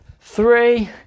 three